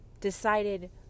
decided